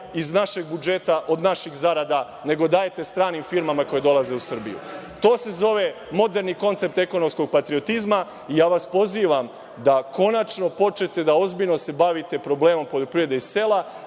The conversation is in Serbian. iz našeg budžeta od naših zarada, nego dajete stranim firmama koje dolaze u Srbiju. To se zove moderni koncept ekonomskog patriotizma. Pozivam vas da konačno počnete da se ozbiljno bavite problemom poljoprivede i sela,